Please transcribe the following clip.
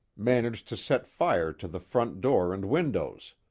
managed to set fire to the front door and windows.